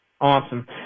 Awesome